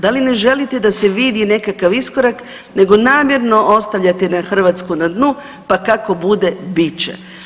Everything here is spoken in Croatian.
Da li ne želite da se vidi nekakav iskorak nego namjerno ostavljate na Hrvatsku na dnu pa kako bude, bit će.